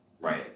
Right